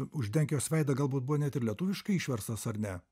uždenk jos veidą galbūt buvo net ir lietuviškai išverstas ar ne